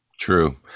True